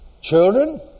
Children